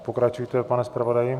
Pokračujte, pane zpravodaji.